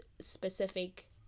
specific